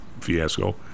fiasco